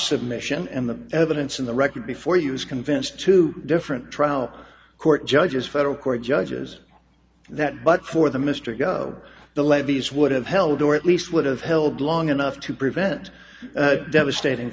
submission and the evidence in the record before you is convinced two different trial court judges federal court judges that but for the mr go the levees would have held or at least would have held long enough to prevent devastating